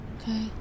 Okay